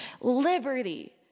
liberty